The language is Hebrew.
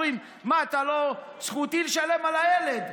שאומרים: זכותי לשלם על הילד.